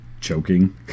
choking